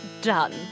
done